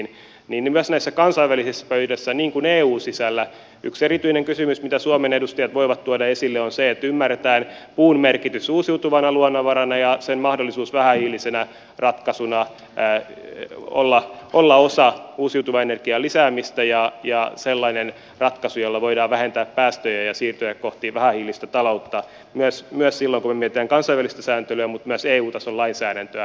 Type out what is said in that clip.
myös näissä kansainvälisissä pöydissä niin kuin eun sisällä yksi erityinen kysymys minkä suomen edustajat voivat tuoda esille on se että ymmärretään puun merkitys uusiutuvana luonnonvarana ja sen mahdollisuus vähähiilisenä ratkaisuna olla osa uusiutuvan energian lisäämistä ja sellaista ratkaisua jolla voidaan vähentää päästöjä ja siirtyä kohti vähähiilistä taloutta myös silloin kun me mietimme kansainvälistä sääntelyä mutta myös eu tason lainsäädäntöä